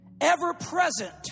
ever-present